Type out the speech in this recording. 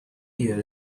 year